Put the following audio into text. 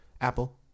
Apple